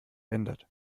ändert